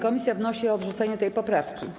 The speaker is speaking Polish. Komisja wnosi o odrzucenie tej poprawki.